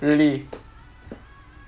really